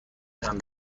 تونم